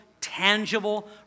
tangible